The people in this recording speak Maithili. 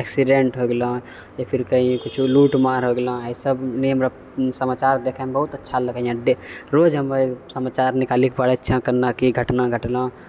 ऐक्सिडेंट हो गेलँ या फिर कहीँ कुछो लूटमार हो गेलँ ऐसे हमरा समाचार देखयमे बहुत अच्छा लगय हँ रोज हमे समाचार निकाली कऽ पढ़य छियैँ कन्ने की घटना घटलौँ